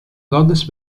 goddess